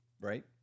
right